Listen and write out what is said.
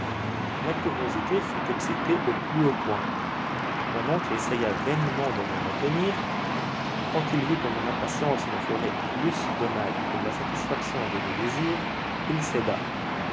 ma curiosité fut excitée au plus haut point mon oncle essaya vainement de me retenir quand il vit que mon impatience me ferait plus de mal que la satisfaction de mes désirs il céda